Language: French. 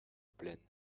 plaine